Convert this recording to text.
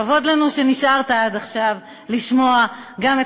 כבוד לנו שנשארת עד עכשיו לשמוע גם את